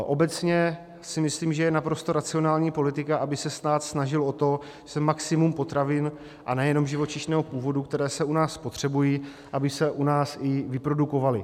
Obecně si myslím, že je naprosto racionální politika, aby se stát snažil o to maximum potravin, a nejenom živočišného původu, které se u nás spotřebují, aby se u nás i vyprodukovaly.